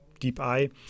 DeepEye